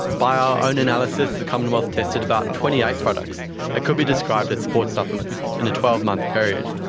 by our own analysis the commonwealth tested about twenty eight products that could be described as sports supplements in a twelve month period.